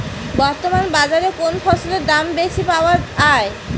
বর্তমান বাজারে কোন ফসলের দাম বেশি পাওয়া য়ায়?